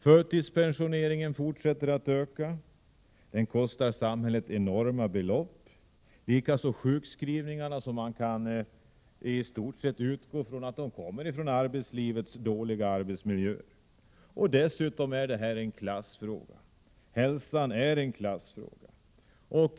Förtidspensioneringen fortsätter att öka i omfattning. Den kostar samhället enorma belopp. Detsamma gäller sjukskrivningarna. Man kan i stort sett utgå ifrån att de beror på arbetslivets dåliga miljö. Dessutom är hälsan en klassfråga.